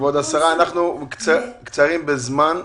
כבוד השרה, אנחנו קצרים בזמן.